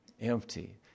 Empty